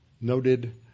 noted